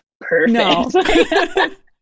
perfect